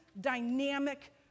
dynamic